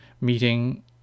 meeting